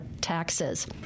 taxes